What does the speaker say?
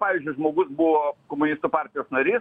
pavyzdžiui žmogus buvo komunistų partijos narys